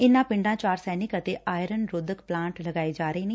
ਇਨਾਂ ਪਿੰਡਾਂ ਚ ਆਰਸੈਨਿਕ ਅਤੇ ਆਇਰਨ ਰੋਧਕ ਪੇਲਾਟ ਜਾ ਲਗਾਏ ਜਾ ਰਹੇ ਨੇ